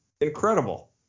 incredible